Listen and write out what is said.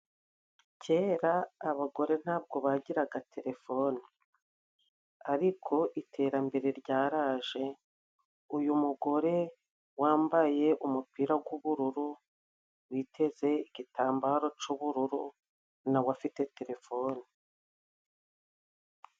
Kera abagore ntabwo bagiraga telefone. Ariko iterambere ryaraje. Uyu mugore wambaye umupira g'ubururu witeze igitambaro c'ubururu nawe afite telefone.